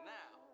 now